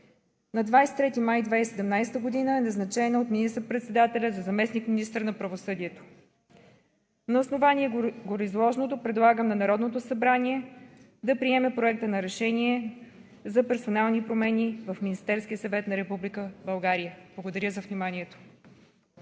На 23 май 2017 г. е назначена от министър-председателя за заместник-министър на правосъдието. На основание гореизложеното предлагам на Народното събрание да приеме Проекта на решение за персонални промени в Министерския съвет на Република България. Благодаря за вниманието.